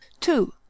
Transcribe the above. two